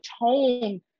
tone